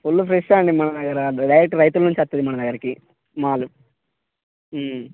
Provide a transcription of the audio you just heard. full fresh అండి మన దగ్గర రైత్ రైతుల నుంచి వస్తుంది మన దగ్గరకి మాల్